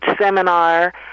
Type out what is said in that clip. seminar